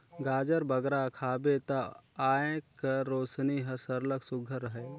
गाजर बगरा खाबे ता आँएख कर रोसनी हर सरलग सुग्घर रहेल